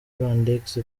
rwandex